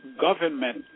government